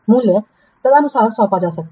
मूल्य तदनुसार सौंपा जा सकता है